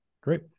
Great